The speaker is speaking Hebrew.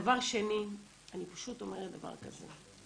דבר שני, אני פשוט אומרת דבר כזה: